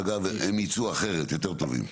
אגב, הם יצאו אחרת, יותר טובים.